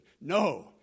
No